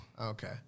Okay